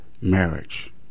marriage